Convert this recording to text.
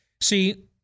See